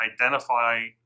identify